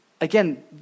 Again